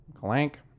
Clank